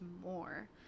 more